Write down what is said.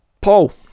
Paul